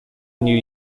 new